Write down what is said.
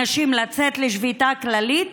הנשים, לצאת לשביתה כללית